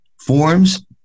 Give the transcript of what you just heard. forms